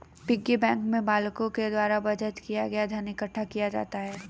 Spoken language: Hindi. पिग्गी बैंक में बालकों के द्वारा बचत किया गया धन इकट्ठा किया जाता है